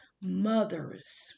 mothers